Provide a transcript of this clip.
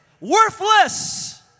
Worthless